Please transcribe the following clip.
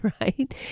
right